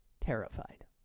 terrified